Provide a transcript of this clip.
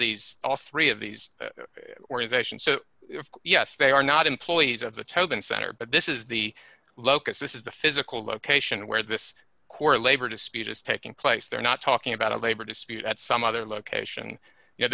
these three of these organizations so yes they are not employees of the tobin center but this is the locus this is the physical location where this court labor dispute is taking place they're not talking about a labor dispute at some other location y